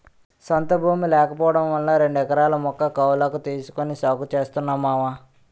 సొంత భూమి లేకపోవడం వలన రెండెకరాల ముక్క కౌలకు తీసుకొని సాగు చేస్తున్నా మావా